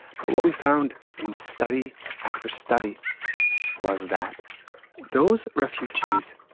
but what we found in study after study was that those refugees,